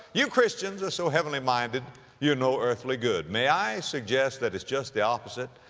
you christians are so heavenly minded you're no earthly good. may i suggest that it's just the opposite?